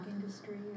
industry